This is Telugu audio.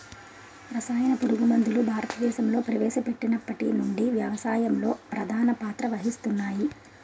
రసాయన పురుగుమందులు భారతదేశంలో ప్రవేశపెట్టినప్పటి నుండి వ్యవసాయంలో ప్రధాన పాత్ర వహిస్తున్నాయి